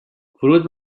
ورود